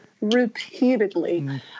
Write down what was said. repeatedly